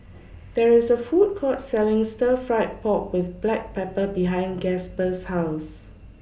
There IS A Food Court Selling Stir Fried Pork with Black Pepper behind Gasper's House